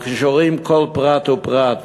אבל כשרואים כל פרט ופרט,